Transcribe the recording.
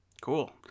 Cool